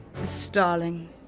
starling